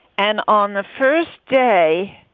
and on the first day.